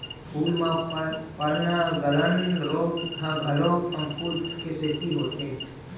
फूल म पर्नगलन रोग ह घलो फफूंद के सेती होथे